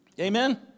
Amen